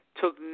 took